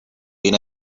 been